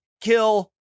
kill